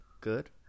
good